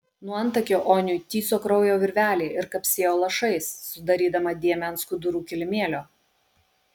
nuo antakio oniui tįso kraujo virvelė ir kapsėjo lašais sudarydama dėmę ant skudurų kilimėlio